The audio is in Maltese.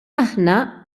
aħna